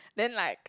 then like